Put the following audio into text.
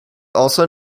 also